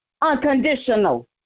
unconditional